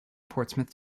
portsmouth